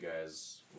guys